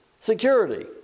Security